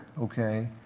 okay